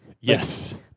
yes